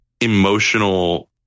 emotional